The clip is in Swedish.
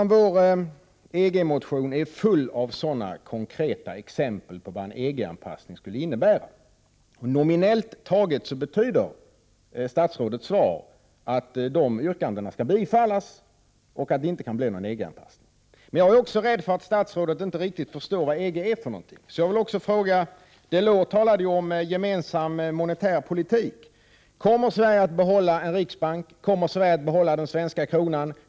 Miljöpartiets EG-motion är full med konkreta exempel på vad en EG-anpassning skulle innebära. Nominellt sett betyder statsrådets svar att yrkandena i dessa motioner skall bifallas och att det inte kan bli fråga om någon EG-anpassning. Men jag är också rädd för att statsrådet inte riktigt förstår vad EG är för något. Därför vill jag ställa en fråga. — Delors talade ju om gemensam monetär politik: Kommer Sverige att behålla en riksbank? Kommer Sverige att behålla den svenska kronan?